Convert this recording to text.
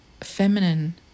feminine